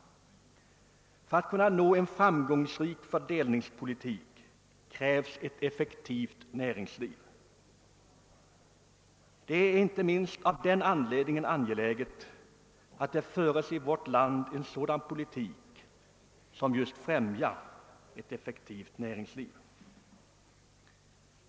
För att man skall kunna driva en framgångsrik fördelningspolitik krävs det ett effektivt näringsliv. Det är inte minst av den anledningen angeläget att det i vårt land förs en sådan politik som just främjar ett effektivt näringsliv.